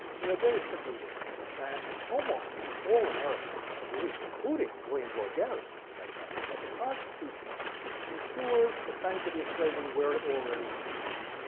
the idea is simply this, that almost all americans agree, including william lloyd garrison that's right. that the constitution ensures the sanctity of slavery where it already exists.